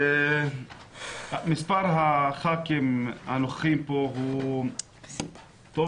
מספר חברי הכנסת הנוכחים פה הוא טוב